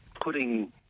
putting